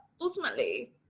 ultimately